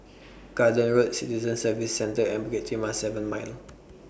Garden Road Citizen Services Centre and Bukit Timah seven Mile